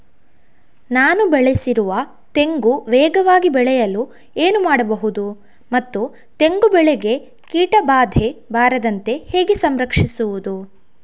ನಾನು ಬೆಳೆಸಿರುವ ತೆಂಗು ವೇಗವಾಗಿ ಬೆಳೆಯಲು ಏನು ಮಾಡಬಹುದು ಮತ್ತು ತೆಂಗು ಬೆಳೆಗೆ ಕೀಟಬಾಧೆ ಬಾರದಂತೆ ಹೇಗೆ ಸಂರಕ್ಷಿಸುವುದು?